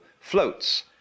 floats